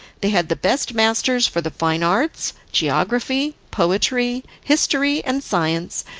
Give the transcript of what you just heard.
they had the best masters for the fine arts, geography, poetry, history and science,